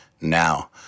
now